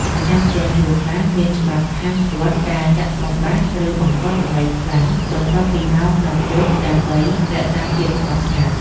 ម្ចាស់ផ្ទះជួលខ្លះមានច្បាប់ហាមឃាត់ការចាក់ធុងបាសឬបង្កសំឡេងខ្លាំងបន្ទាប់ពីម៉ោងដប់យប់ដើម្បីរក្សាភាពស្ងប់ស្ងាត់។